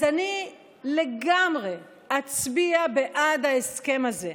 אז אני לגמרי אצביע בעד ההסכם הזה,